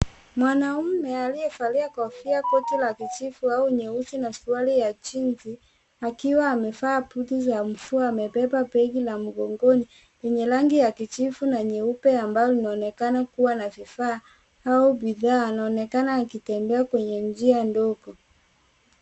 Mwanaume aliyevalia kofia koti la kijivu au nyeusi na suruali ya jinsi akiwa amevaa buti za mvua amebeba begi la mgongoni lenye rangi ya kijivu na nyeupe ambayo inaonekana kua na vifaa au bidhaa inaonekana akitembea kwenye njia ndogo.